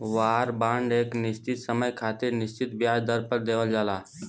वार bond एक निश्चित समय खातिर निश्चित ब्याज दर पर देवल जाला